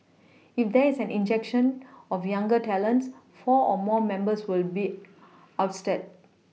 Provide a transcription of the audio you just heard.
if there is an injection of younger talents four or more members will be ousted